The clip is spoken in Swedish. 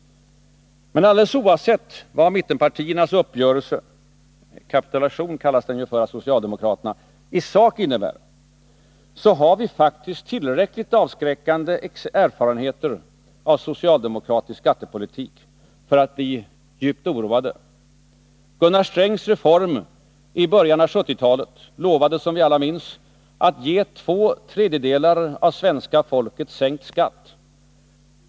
Men alldeles oavsett vad mittenpartiernas uppgörelse — kapitulation kallas den av socialdemokraterna — i sak innebär, har vi faktiskt tillräckligt avskräckande erfarenheter av socialdemokratisk skattepolitik för att bli djupt oroade. Gunnar Strängs reform i början av 1970-talet lovade — som vi alla minns — att ge två tredjedelar av svenska folket sänkt skatt.